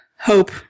Hope